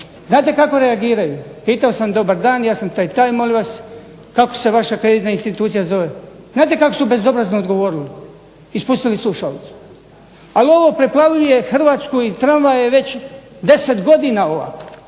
Znate kako reagiraju? Pitao sam dobar dan, ja sam taj i taj, molim vas kako se vaša kreditna institucija zove? Znate kako su bezobrazno odgovorili i spustili slušalicu. Ali, ovo preplavljuje Hrvatsku i tramvaje već 10 godina, a